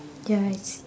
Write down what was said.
ya I see